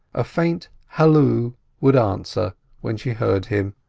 a faint halloo would answer when she heard him,